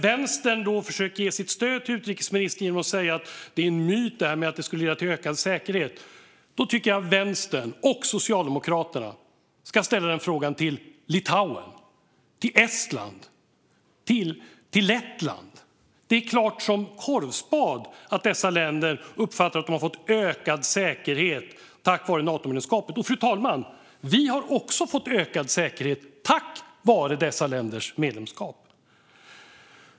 Vänstern försöker ge sitt stöd till utrikesministern genom att säga att det är en myt att detta skulle leda till ökad säkerhet. Jag tycker att Vänstern och Socialdemokraterna ska ställa frågan till Litauen, Estland och Lettland, för det är klart som korvspad att dessa länder uppfattar att de har fått ökad säkerhet tack vare Natomedlemskapet. Och, fru talman - vi har också fått ökad säkerhet tack vare dessa länders medlemskap.